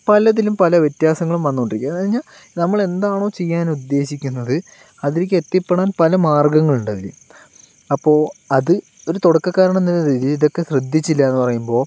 പലതിലും പല വ്യത്യാസങ്ങളും വന്നുകൊണ്ടിരിക്കും അതുകഴിഞ്ഞാൽ നമ്മളെന്താണോ ചെയ്യാൻ ഉദ്ദേശിക്കുന്നത് അതിലേക്ക് എത്തിപ്പെടാൻ പല മാർഗങ്ങളും ഉണ്ടതിൽ അപ്പോൾ അത് ഒരു തുടക്കക്കാരനെന്നൊരു രീതിയിൽ ഇതൊക്കെ ശ്രദ്ധിച്ചില്ലായെന്ന് പറയുമ്പോൾ